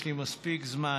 יש לי מספיק זמן.